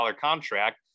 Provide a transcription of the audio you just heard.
contract